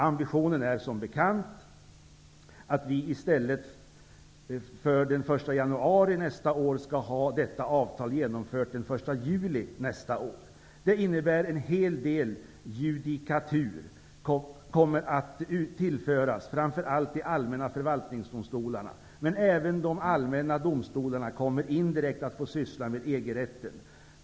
Ambitionen är som bekant att vi i stället för den 1 januari nästa år skall ha detta avtal genomfört den 1 juli nästa år. Det innebär att en hel del judikatur kommer att tillföras framför allt de allmänna förvaltningsdomstolarna. Men även de allmänna domstolarna kommer indirekt att få syssla med EG-rätten.